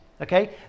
Okay